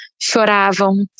choravam